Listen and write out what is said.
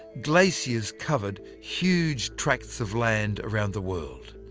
glaciers covered huge tracts of land around the world.